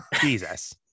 Jesus